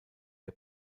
der